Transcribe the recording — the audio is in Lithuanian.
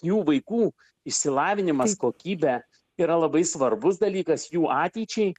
jų vaikų išsilavinimas kokybė yra labai svarbus dalykas jų ateičiai